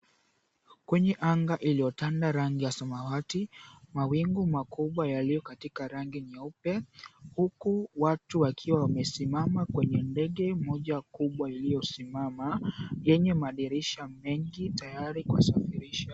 Kwenye anga iliyotanda rangi ya samawati, mawingu makubwa yaliyo katika rangi nyeupe huku watu wakiwa wamesimama ndege moja kubwa iliyosimama yenye madirisha mengi tayari kuwasafirisha.